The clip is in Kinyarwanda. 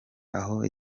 aho